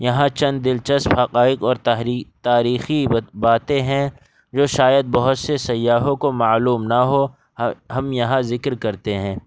یہاں چند دلچسپ حقائق اور تحری تاریخی باتیں ہیں جو شاید بہت سے سیاحوں کو معلوم نہ ہو ہم یہاں ذکر کرتے ہیں